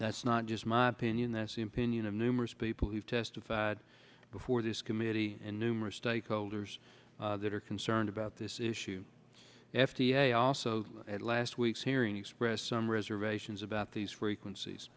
that's not just my opinion that's in pinion of numerous people who have testified before this committee and numerous stakeholders that are concerned about this issue f d a also at last week's hearing expressed some reservations about these frequencies